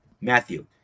Matthew